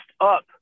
up